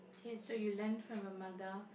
okay so you learnt from your mother